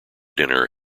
dinner